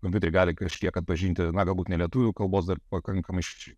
kompiuteriai gali kažkiek atpažinti na galbūt ne lietuvių kalbos dar pakankamai